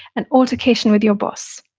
an altercation with your boss,